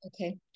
okay